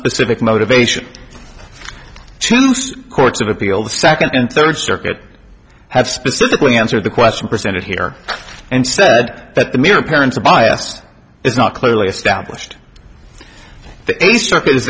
specific motivation to courts of appeal the second and third circuit have specifically answered the question presented here and said that the mere appearance of bias is not clearly established